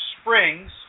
spring's